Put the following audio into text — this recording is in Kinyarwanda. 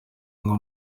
nko